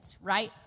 right